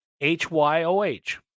H-Y-O-H